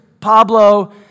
Pablo